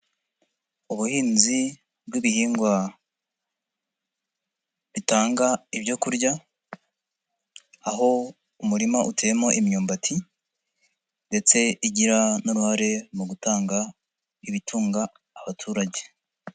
Ubuhinzi bw'ibihingwa bitanga ibyo kurya aho umurima uteyemo imyumbati ndetse igira n'uruhare mu gutanga ibitunga abaturage.